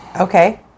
Okay